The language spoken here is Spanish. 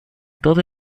todo